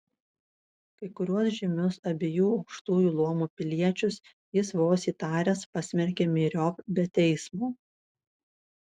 kai kuriuos žymius abiejų aukštųjų luomų piliečius jis vos įtaręs pasmerkė myriop be teismo